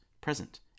present